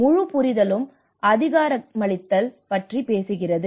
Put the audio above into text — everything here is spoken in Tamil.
முழு புரிதலும் அதிகாரமளித்தல் பற்றி பேசுகிறது